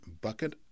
Bucket